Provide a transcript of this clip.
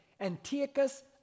Antiochus